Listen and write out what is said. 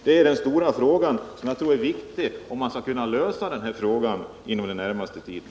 Det är den stora fråga som vi måste ta ställning till, om vi skall kunna nå verkliga resultat på detta område inom den närmaste tiden.